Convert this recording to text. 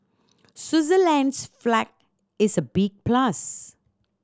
Switzerland's flag is a big plus